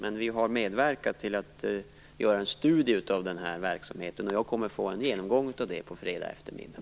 Men vi har medverkat till att en studie av verksamheten har gjorts, och den kommer jag att få information om på fredag eftermiddag.